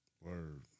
Word